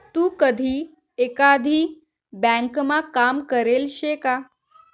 तू कधी एकाधी ब्यांकमा काम करेल शे का?